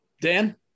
Dan